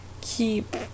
keep